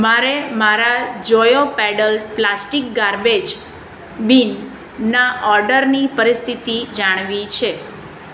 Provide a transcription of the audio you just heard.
મારે મારા જોયો પેડલ પ્લાસ્ટિક ગાર્બેજ બિનના ઓર્ડરની પરિસ્થિતિ જાણવી છે